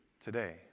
today